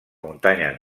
muntanyes